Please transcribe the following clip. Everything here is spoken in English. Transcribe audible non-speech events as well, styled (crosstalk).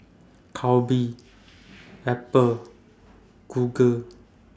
(noise) Calbee Apple Google